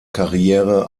karriere